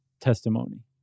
testimony